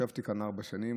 ישבתי כאן ארבע שנים,